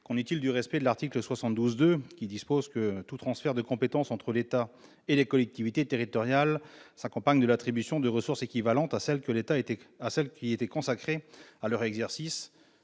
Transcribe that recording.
qu'en est-il de l'article 72-2 de la Constitution, en vertu duquel « tout transfert de compétence entre l'État et les collectivités territoriales s'accompagne de l'attribution de ressources équivalentes à celles qui étaient consacrées à leur exercice »